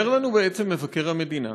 אומר לנו בעצם מבקר המדינה